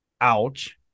ouch